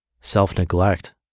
self-neglect